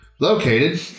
located